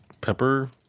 pepper